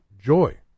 joy